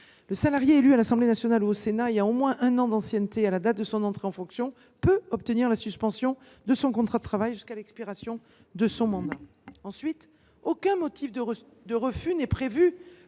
le salarié élu à l’Assemblée nationale ou au Sénat ayant au moins un an d’ancienneté à la date de son entrée en fonction peut obtenir la suspension de son contrat de travail jusqu’à l’expiration de son mandat. Par ailleurs, aucun motif de refus n’est prévu